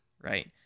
right